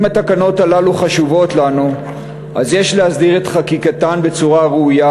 אם התקנות הללו חשובות לנו אז יש להסדיר את חקיקתן בצורה ראויה,